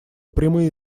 прямые